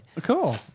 Cool